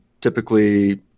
typically